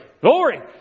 Glory